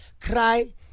Cry